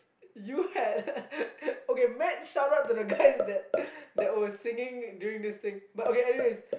you had okay mad shout out to the guys that that were singing during this thing but okay anyways